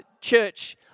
church